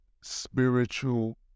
spiritual